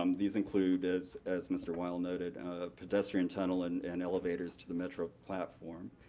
um these includes, as as mr. weil noted, a pedestrian tunnel and and elevators to the metro platform,